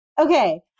Okay